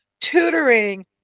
tutoring